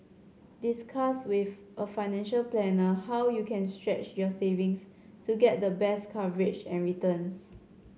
discuss with a financial planner how you can stretch your savings to get the best coverage and returns